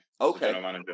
Okay